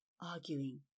arguing